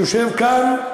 שיושב כאן,